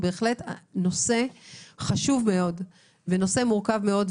בהחלט נושא חשוב מאוד ונושא מורכב מאוד.